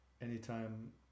anytime